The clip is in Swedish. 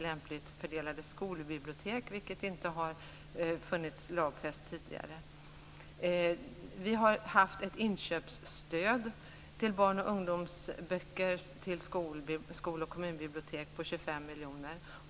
lämpligt fördelade skolbibliotek. Det har inte funnits lagfäst tidigare. Vi har haft ett inköpsstöd till barn och ungdomsböcker till skol och kommunbibliotek på 25 miljoner.